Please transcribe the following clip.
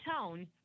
tone